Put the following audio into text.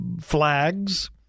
flags